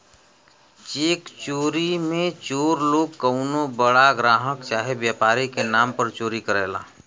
check चोरी मे चोर लोग कउनो बड़ा ग्राहक चाहे व्यापारी के नाम पर चोरी करला